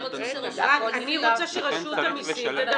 אני רוצה שרשות המסים תדווח.